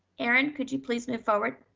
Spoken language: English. erin, could you please move forward